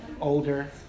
older